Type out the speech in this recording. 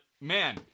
man